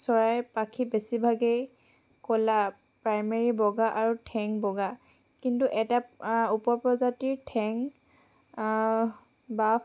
চৰাইৰ পাখি বেছিভাগেই ক'লা প্ৰাইমেৰী বগা আৰু ঠেং বগা কিন্তু এটা উপপ্ৰজাতিৰ ঠেং বা